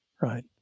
right